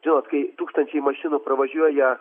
žinot kai tūkstančiai mašinų pravažiuoja